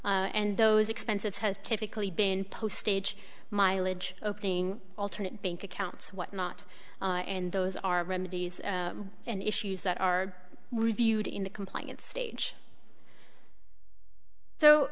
and those expensive health typically been postage mileage opening alternate bank accounts whatnot and those are remedies and issues that are reviewed in the compliance stage so